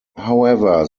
however